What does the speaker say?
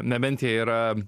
nebent jie yra